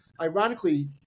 ironically